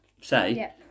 say